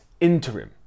interim